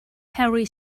harry